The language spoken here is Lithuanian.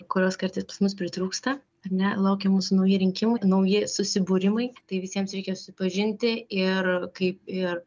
kurios kartais pas mus pritrūksta ar ne laukia mūsų nauji rinkimai nauji susibūrimai tai visiems reikės susipažinti ir kaip ir